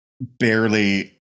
barely